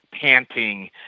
panting